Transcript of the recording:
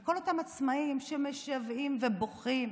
על כל אותם עצמאים שמשוועים ובוכים,